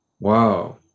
Wow